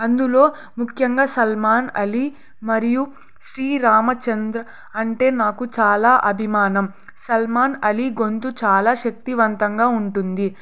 అందులో ముఖ్యంగా సల్మాన్ అలి మరియు శ్రీరామచంద్ర అంటే నాకు చాలా అభిమానం సల్మాన్ అలి గొంతు చాలా శక్తివంతంగా ఉంటుంది